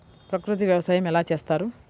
ప్రకృతి వ్యవసాయం ఎలా చేస్తారు?